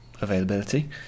availability